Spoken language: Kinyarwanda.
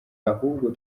ahubwo